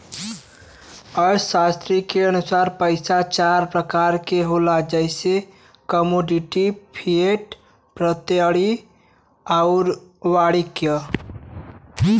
अर्थशास्त्री के अनुसार पइसा चार प्रकार क होला जइसे कमोडिटी, फिएट, प्रत्ययी आउर वाणिज्यिक